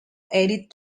added